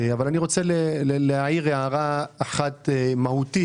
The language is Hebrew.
אבל אני רוצה להעיר הערה אחת מהותית